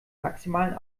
maximalen